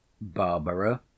Barbara